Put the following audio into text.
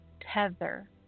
Tether